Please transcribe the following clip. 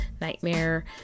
nightmare